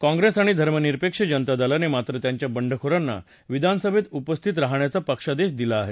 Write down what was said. काँग्रेस आणि धर्मनिरपेक्ष जनता दलाने मात्र त्यांच्या बंडखोरांना विधानसभेत उपस्थित राहण्याचा पक्षादेश दिला आहे